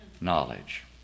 knowledge